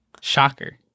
Shocker